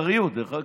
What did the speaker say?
באכזריות, דרך אגב.